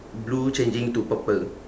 blue changing to purple